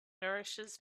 nourishes